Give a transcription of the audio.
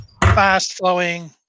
fast-flowing